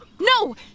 No